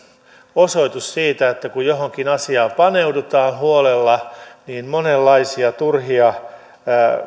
osoitus siitä että kun johonkin asiaan paneudutaan huolella niin monenlaisia turhia